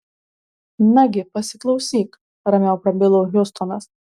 nagi pasiklausyk ramiau prabilo hjustonas